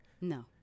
No